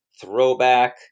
throwback